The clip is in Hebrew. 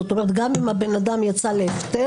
זאת אומרת שגם אם הבן אדם יצא להפטר,